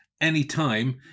anytime